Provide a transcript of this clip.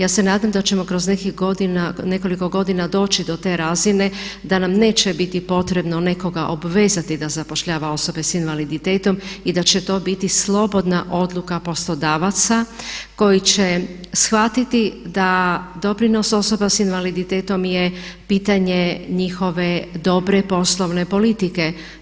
Ja se nadam da ćemo kroz nekoliko godina doći do te razine da nam neće biti potrebno nekoga obvezati da zapošljava osobe s invaliditetom i da će to biti slobodna odluka poslodavaca koji će shvatiti da doprinos osoba s invaliditetom je pitanje njihove dobre poslovne politike.